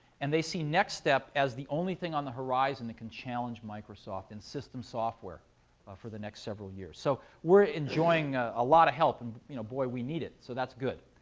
and they see nextstep as the only thing on the horizon that can challenge microsoft in system software for the next several years. so we're enjoying a lot of help, and you know boy we need it, so that's good.